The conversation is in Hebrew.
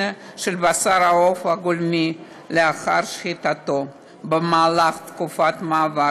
של בשר העוף הגולמי לאחר שחיטתו במהלך תקופת המעבר.